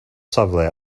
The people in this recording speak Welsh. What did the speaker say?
safle